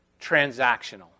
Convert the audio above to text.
transactional